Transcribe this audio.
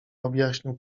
objaśnił